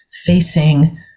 facing